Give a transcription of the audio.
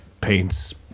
paints